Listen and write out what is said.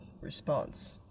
response